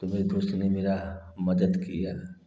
तो मेरे दोस्त मे मेरा मदद किया